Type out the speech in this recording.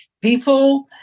people